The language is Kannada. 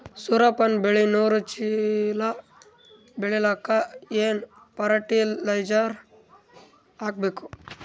ಸೂರ್ಯಪಾನ ಬೆಳಿ ನೂರು ಚೀಳ ಬೆಳೆಲಿಕ ಏನ ಫರಟಿಲೈಜರ ಹಾಕಬೇಕು?